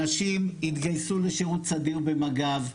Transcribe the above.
אנשים התגייסו לשירות סדיר במג"ב.